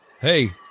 hey